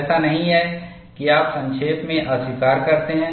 ऐसा नहीं है कि आप संक्षेप में अस्वीकार करते हैं